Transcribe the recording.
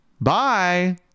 Bye